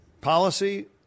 policy